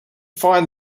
find